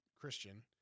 Christian